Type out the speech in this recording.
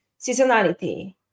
seasonality